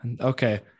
Okay